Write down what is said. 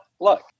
look